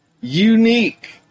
unique